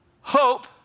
hope